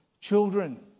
children